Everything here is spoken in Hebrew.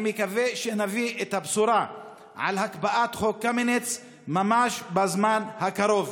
אני מקווה שנביא את הבשורה על הקפאת חוק קמיניץ ממש בזמן הקרוב.